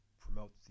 promote